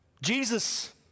Jesus